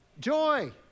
Joy